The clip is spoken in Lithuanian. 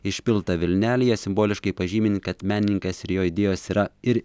išpilta vilnelėje simboliškai pažymint kad menininkas ir jo idėjos yra ir